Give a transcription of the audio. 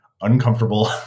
uncomfortable